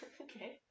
Okay